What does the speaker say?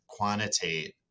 quantitate